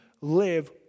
live